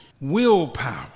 willpower